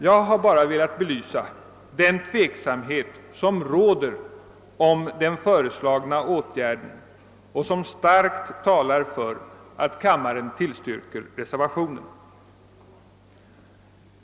Jag har bara velat belysa den tveksamhet som råder om den föreslagna åtgärden och som starkt talar för att kammaren bifaller reservationen 1.